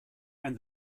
and